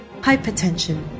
hypertension